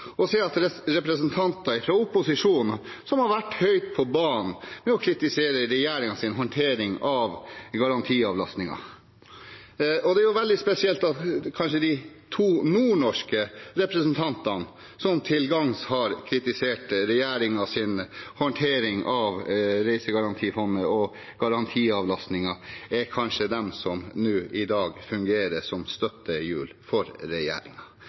å se at representanter fra opposisjonen, som har vært høyt på banen med å kritisere regjeringens håndtering av garantiavlastningen – og spesielt de to nordnorske representantene, som til gangs har kritisert regjeringens håndtering av Reisegarantifondet og garantiavlastningen – er de som nå i dag fungerer som støttehjul for